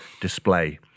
display